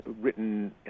written